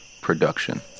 Production